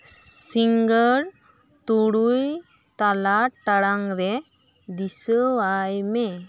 ᱥᱤᱸᱜᱟᱹᱲ ᱛᱩᱨᱩᱭ ᱛᱟᱞᱟ ᱴᱟᱲᱟᱝ ᱨᱮ ᱫᱤᱥᱟᱹ ᱟᱭ ᱢᱮ